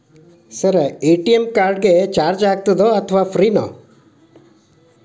Sir ATM card ಗೆ charge ಆಗುತ್ತಾ ಅಥವಾ ಫ್ರೇ ನಾ?